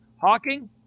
Hawking